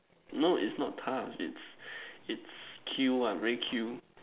no it's not tough it's it's Q one very Q